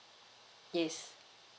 yes